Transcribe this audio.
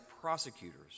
prosecutors